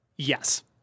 Yes